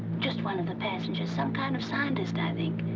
just one of the passengers. some kind of scientist, i think.